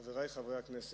חברי חברי הכנסת,